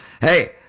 hey